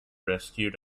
rescued